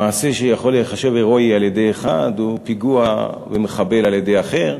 מעשה שיכול להיחשב הירואי בעיני אחד הוא פיגוע ומחבל בעיני אחר,